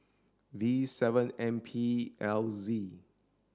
V seven M P L Z